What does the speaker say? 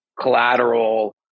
collateral